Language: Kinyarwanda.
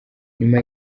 nyuma